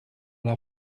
l’a